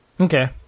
Okay